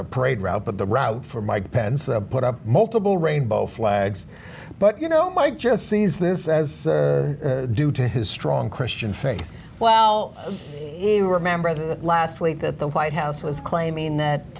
the parade route but the route for mike pence put up multiple rainbow flags but you know mike just sees this as due to his strong christian faith well you remember that last week that the white house was claiming that